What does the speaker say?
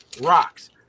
rocks